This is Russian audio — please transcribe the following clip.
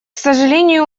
сожалению